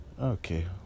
Okay